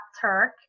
Turk